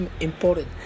important